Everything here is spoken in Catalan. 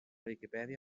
viquipèdia